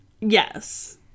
Yes